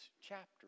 chapter